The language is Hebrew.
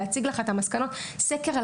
אשמח להציג לך את המסקנות סקר על